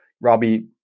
Robbie